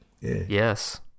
Yes